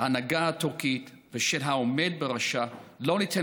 ההנהגה הטורקית והעומד בראשה לא ניתן